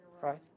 right